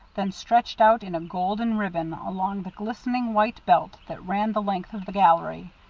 then stretched out in a golden ribbon along the glistening white belt that ran the length of the gallery.